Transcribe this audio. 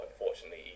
unfortunately